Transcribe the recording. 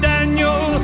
Daniel